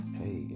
hey